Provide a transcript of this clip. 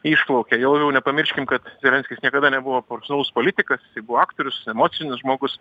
išplaukia jau jau nepamirškim kad zelenskis jisai niekada nebuvo profesionalus politikas jisai buvo aktorius emocinis žmogus